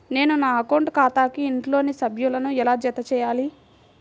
నేను నా అకౌంట్ ఖాతాకు ఇంట్లోని సభ్యులను ఎలా జతచేయాలి?